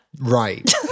Right